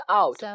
out